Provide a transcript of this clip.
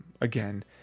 again